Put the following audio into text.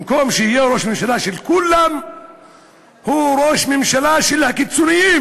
במקום שיהיה ראש ממשלה של כולם הוא ראש ממשלה של הקיצונים,